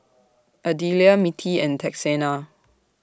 Adelia Mittie and Texanna